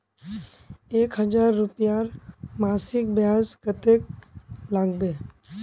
एक हजार रूपयार मासिक ब्याज कतेक लागबे?